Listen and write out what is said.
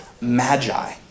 magi